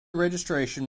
registration